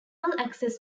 access